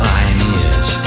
Pioneers